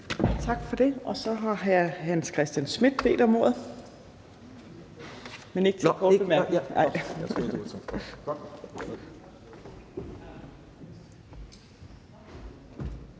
Tak for det. Så har hr. Hans Christian Schmidt bedt om ordet.